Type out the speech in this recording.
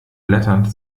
blätternd